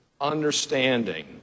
understanding